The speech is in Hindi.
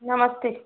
नमस्ते